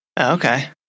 Okay